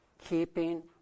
keeping